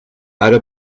ara